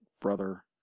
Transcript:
brother